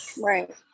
Right